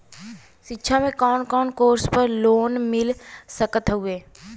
शिक्षा मे कवन कवन कोर्स पर लोन मिल सकत हउवे?